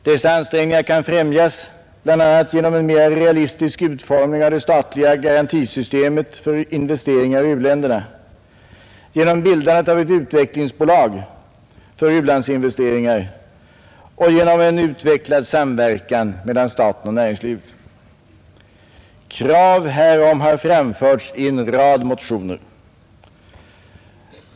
Dessa ansträngningar kan främjas bl.a. genom en mera realistisk utformning av det statliga garantisystemet för investeringar i u-länderna, genom bildandet av ett utvecklingsbolag för u-landsinvesteringar och genom en utvecklad samverkan mellan staten och näringslivet. Krav härom har framförts i en rad motioner.